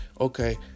okay